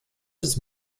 des